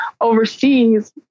Overseas